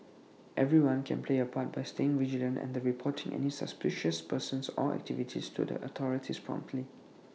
everyone can play A part by staying vigilant and reporting any suspicious persons or activities to the authorities promptly